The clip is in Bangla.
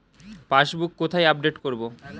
পাসবুক কোথায় আপডেট করব?